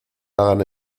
hagan